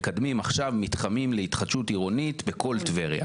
מקדמים עכשיו מתחמים להתחדשות עירונית בכל טבריה.